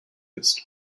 bist